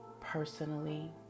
personally